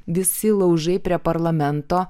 visi laužai prie parlamento